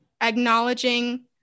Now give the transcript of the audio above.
acknowledging